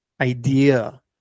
idea